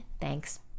thanks